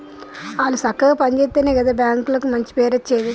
ఆళ్లు సక్కగ పని జేత్తెనే గదా బాంకులకు మంచి పేరచ్చేది